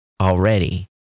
already